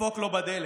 ידפוק לו בדלת.